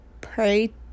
pray